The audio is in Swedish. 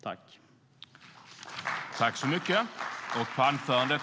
I detta anförande instämde Gunilla Nordgren .